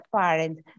parents